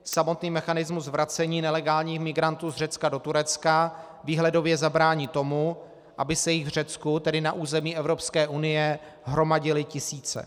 Samotný mechanismus vracení nelegálních migrantů z Řecka do Turecka výhledově zabrání tomu, aby se i v Řecku, tedy na území Evropské unie, hromadily tisíce.